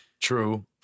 True